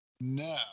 no